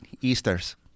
Easters